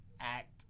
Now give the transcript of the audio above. act